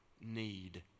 need